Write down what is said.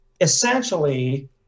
Essentially